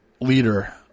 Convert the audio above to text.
leader